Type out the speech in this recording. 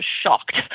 shocked